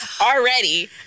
already